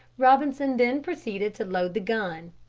robinson then proceeded to load the gun.